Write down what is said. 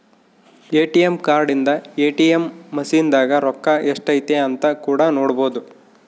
ATM card ಇಂದ ATM machine ದಾಗ ರೊಕ್ಕ ಎಷ್ಟೈತೆ ಅಂತ ಕೂಡ ನೊಡ್ಬೊದು